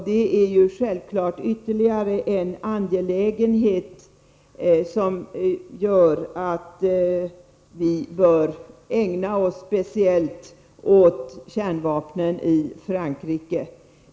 Det är självfallet ytterligare en angelägenhet som gör att vi bör ägna oss speciellt åt kärnvapnen i Frankrike.